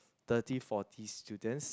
thirty forty students